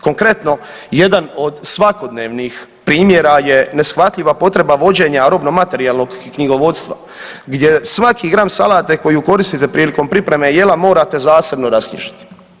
Konkretno, jedan od svakodnevnih primjera je neshvatljiva potreba vođenja robno materijalnog knjigovodstva gdje svaki gram salate koju koristite prilikom pripreme jela morate zasebno rasknjižiti.